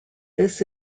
this